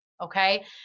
okay